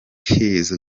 keys